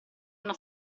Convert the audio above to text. una